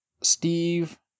Steve